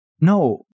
no